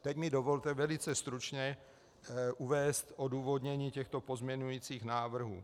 Teď mi dovolte velice stručně uvést odůvodnění těchto pozměňovacích návrhů.